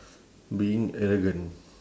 being arrogant